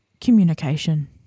Communication